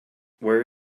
where